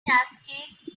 cascades